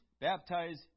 baptize